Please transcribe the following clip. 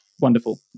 wonderful